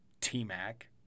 T-Mac